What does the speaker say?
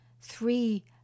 three